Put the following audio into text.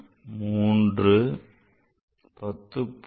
3 10